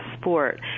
sport